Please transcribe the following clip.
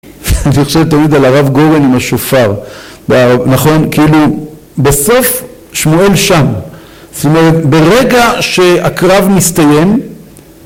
אני חושב תמיד על הרב גורן עם השופר נכון כאילו בסוף שמואל שם זאת אומרת ברגע שהקרב מסתיים